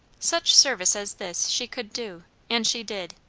such service as this she could do, and she did.